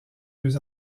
deux